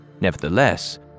Nevertheless